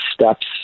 steps